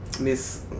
Miss